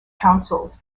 councils